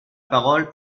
parole